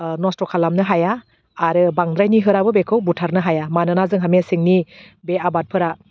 ओह नस्थ' खालामनो हाया आरो बांद्राय निहोराबो बेखौ बुथारनो हाया मानोना जोंहा मेसेंनि बे आबादफोरा